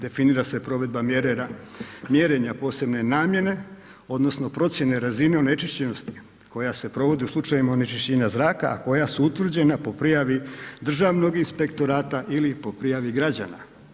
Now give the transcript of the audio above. Definira se provedba mjere, mjerenja posebne namjene odnosno procjene razine onečišćenosti koja se provodi u slučajevima onečišćenja zraka, a koja su utvrđena po prijavi Državnog inspektorata ili po prijavi građana.